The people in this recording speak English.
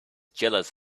jealous